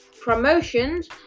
promotions